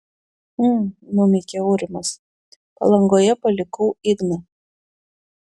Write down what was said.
hm numykė aurimas palangoje palikau igną